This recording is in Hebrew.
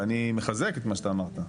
ואני מחזק את מה שאתה אמרת,